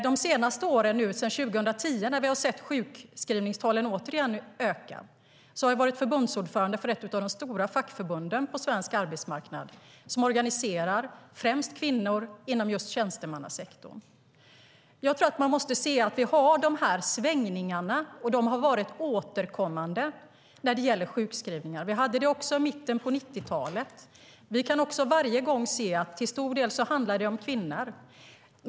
De senaste åren sedan 2010, när vi har sett sjukskrivningstalen återigen öka, har jag varit förbundsordförande för ett av de stora fackförbunden på svensk arbetsmarknad som organiserar främst kvinnor inom just tjänstemannasektorn. Vi måste se svängningarna, och de har varit återkommande, när det gäller sjukskrivningar. De fanns också i mitten av 90-talet. Vi har varje gång sett att det till stor del har handlat om kvinnor.